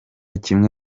kimwe